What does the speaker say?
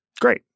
Great